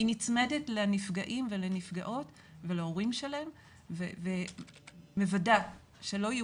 היא נצמדת לנפגעים ולנפגעות ולהורים שלהם ומוודא שלא יהיו